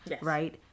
Right